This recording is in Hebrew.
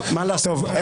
מה לעשות.